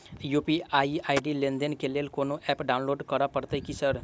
UPI ID लेनदेन केँ लेल कोनो ऐप डाउनलोड करऽ पड़तय की सर?